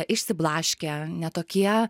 išsiblaškę ne tokie